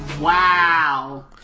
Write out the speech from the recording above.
Wow